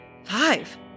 Five